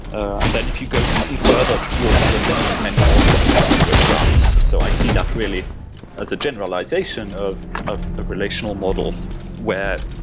and then, if you go even further towards the many to many model, you end up with graphs. so i see that really as a generalization of of a relational model where,